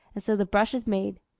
and so the brush is made.